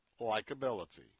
likability